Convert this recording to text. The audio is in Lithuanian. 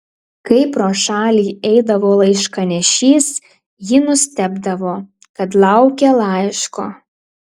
kai pro šalį eidavo laiškanešys ji nustebdavo kad laukia laiško